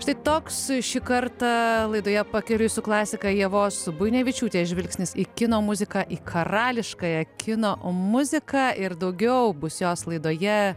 štai toks šį kartą laidoje pakeliui su klasika ievos buinevičiūtė žvilgsnis į kino muziką į karališkąją kino muziką ir daugiau bus jos laidoje